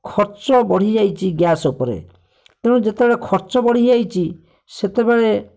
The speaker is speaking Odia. ଖର୍ଚ୍ଚ ବଢ଼ିଯାଇଛି ଗ୍ୟାସ୍ ଉପରେ ତେଣୁ ଯେତେବେଳେ ଖର୍ଚ୍ଚ ବଢ଼ିଯାଇଛି ସେତେବେଳେ